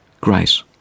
grace